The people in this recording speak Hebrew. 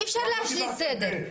אי אפשר להשליט סדר.